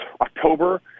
October